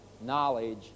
Knowledge